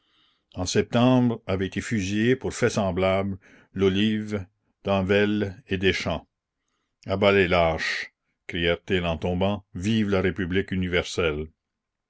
en septembre avaient été fusillés pour faits semblables lolive demvelle et deschamps a bas les lâches crièrent-ils en tombant vive la république universelle